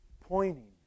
pointing